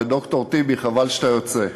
וד"ר טיבי, חבל שאתה יוצא.